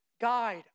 guide